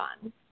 fun